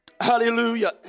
hallelujah